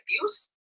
abuse